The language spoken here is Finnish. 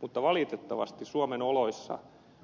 mutta valitettavasti suomen oloissa